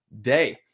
day